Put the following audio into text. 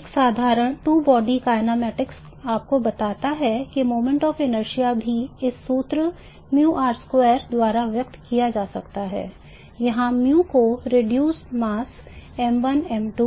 एक साधारण two body kinematics आपको बताता है कि moment of inertia भी इस सूत्र μr2 द्वारा व्यक्त किया जा सकता है जहां μ को reduced mass m1 m2